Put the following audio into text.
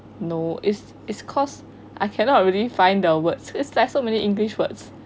no is is cause I cannot really find the words is like so many english words